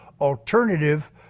alternative